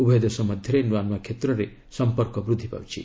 ଉଭୟ ଦେଶ ମଧ୍ୟରେ ନୂଆ ନୂଆ କ୍ଷେତ୍ରରେ ସମ୍ପର୍କ ବୃଦ୍ଧି ପାଉଛି